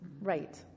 Right